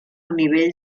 nivell